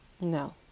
no